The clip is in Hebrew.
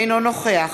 אינו נוכח